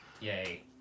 Yay